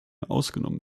ausgenommen